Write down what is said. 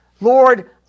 Lord